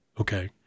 okay